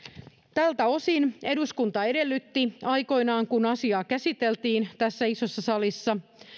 tältä osin eduskunta edellytti aikoinaan kun asiaa käsiteltiin isossa salissa